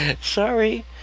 Sorry